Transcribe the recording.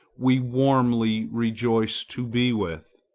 we warmly rejoice to be with!